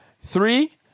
Three